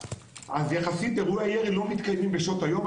אז יחסית אירוע ירי לא מתקיים בשעות היום,